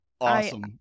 Awesome